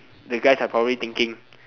the guys are probably thinking